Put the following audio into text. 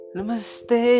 Namaste